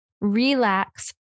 relax